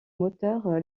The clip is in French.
moteurs